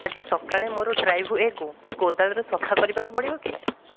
ଆଜି ସକାଳେ ମୋର ଡ୍ରାଇଭ୍ୱେକୁ କୋଦାଳରେ ସଫା କରିବାକୁ ପଡ଼ିବ କି